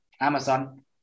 Amazon